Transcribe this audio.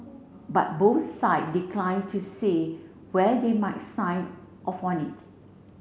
but both side declined to say where they might sign off on it